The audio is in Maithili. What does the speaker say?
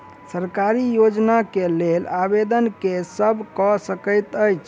सरकारी योजना केँ लेल आवेदन केँ सब कऽ सकैत अछि?